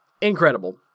incredible